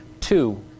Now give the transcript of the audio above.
Two